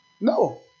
no